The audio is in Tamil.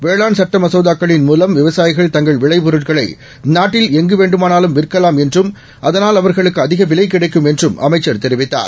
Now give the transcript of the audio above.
வேளாண்சட்டமசோதாக்களின்மூலம் விவசாயிகள்தங்கள்விளைபொருட்களைநாட்டில்எங்குவேண் டுமானாலும்விற்கலாம்என்றும் அதனால்அவர்களுக்குஅதிகவிலைகிடைக்கும்என்றும்அமைச் சர்தெரிவித்தார்